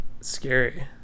scary